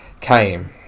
came